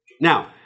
Now